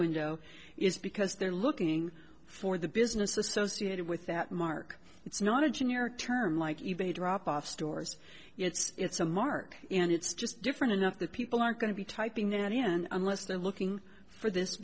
window is because they're looking for the business associated with that mark it's not a generic term like even a drop off stores it's a mark and it's just different enough that people aren't going to be typing it in unless they're looking for this